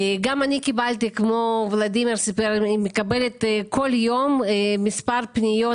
אני מקבלת כל יום מספר פניות.